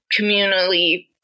communally